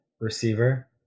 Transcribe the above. receiver